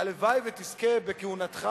הלוואי שתזכה בכהונתך